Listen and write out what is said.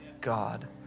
God